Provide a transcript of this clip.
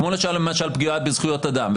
כמו למשל פגיעה בזכויות אדם,